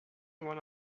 one